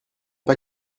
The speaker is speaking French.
pas